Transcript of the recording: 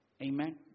Amen